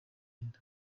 inda